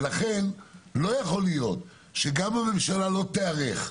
לכן, לא יכול להיות שגם בממשלה לא תיערך,